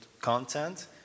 content